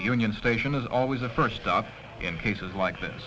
union station is always the first stop in cases like th